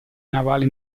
navale